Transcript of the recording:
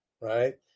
right